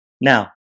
Now